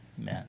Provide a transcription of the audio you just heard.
amen